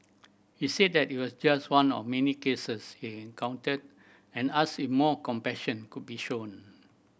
he said that it was just one of many cases he encountered and asked if more compassion could be shown